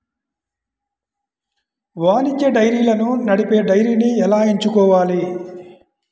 వాణిజ్య డైరీలను నడిపే డైరీని ఎలా ఎంచుకోవాలి?